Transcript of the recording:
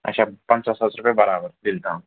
اَچھا پنٛژاہ ساس رۄپیہِ برابر دِلہِ تام